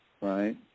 Right